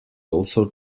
also